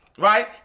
Right